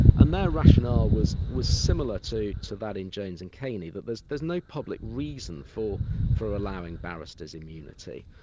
and their rationale was was similar to to that in jones and kaney, that there's there's no public reason for for allowing barristers' immunity.